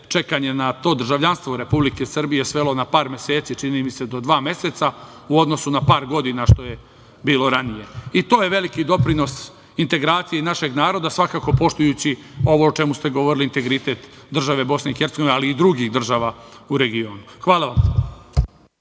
čekanje na to državljanstvo Republike Srbije svelo na par meseci, čini mi se, do dva meseca u odnosu na par godina što je bilo ranije. To je veliki doprinos integraciji našeg naroda, svakako poštujući ovo o čemu ste govorili integritet države Bih, ali i drugih država u regionu. Hvala vam.